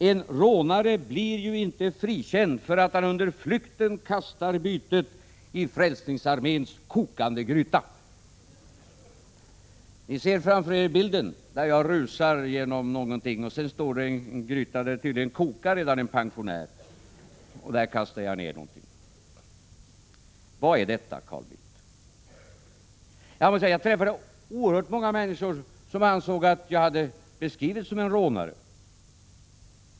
En rånare blir ju inte frikänd för att han under flykten kastar bytet i Frälsningsarméns kokande gryta.” Ni kan se framför er hur jag rusar fram mot en gryta, där det tydligen redan kokar en pensionär, och kastar ned någonting i den. Vad är detta, Carl Bildt? Jag har träffat många människor som ansåg att jag hade beskrivits som en rånare.